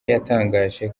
yatangaje